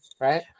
Right